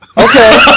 Okay